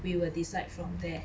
we will decide from there